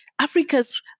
Africa's